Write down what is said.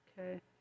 Okay